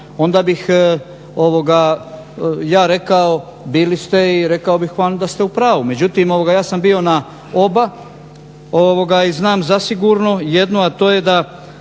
onda bih ja rekao bili ste i rekao bih vam da ste u pravu. Međutim, ja sam bio na oba i znam zasigurno jedno, a to je da